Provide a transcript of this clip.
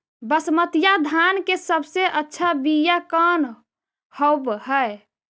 बसमतिया धान के सबसे अच्छा बीया कौन हौब हैं?